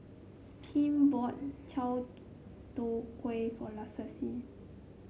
Kem bought Chai Tow Kuay for Lassie